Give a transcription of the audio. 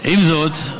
עם זאת,